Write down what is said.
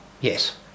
yes